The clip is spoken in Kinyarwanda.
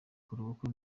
ubukwe